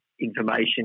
information